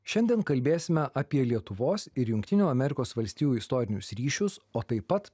šiandien kalbėsime apie lietuvos ir jungtinių amerikos valstijų istorinius ryšius o taip pat